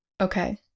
Okay